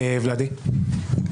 ולדימיר, בבקשה.